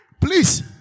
Please